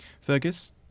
Fergus